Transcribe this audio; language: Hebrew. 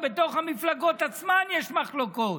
ובתוך המפלגות עצמן יש מחלוקות.